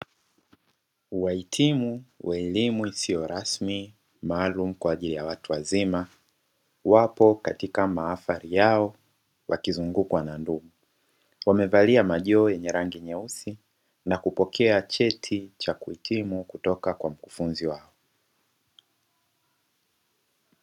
Wahitimu wa elimu isiyo rasmi maalumu kwa ajili ya watu wazima wapo katika mahafali yao wakizungukwa na ndugu, wamevalia majoho yenye rangi nyeusi na kupokea cheti cha kuhitimu kutoka kwa mkufunzi wao.